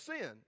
sin